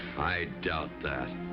doubt that.